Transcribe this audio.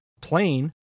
plane